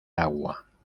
agua